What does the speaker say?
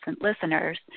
listeners